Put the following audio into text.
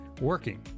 working